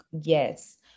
yes